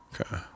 Okay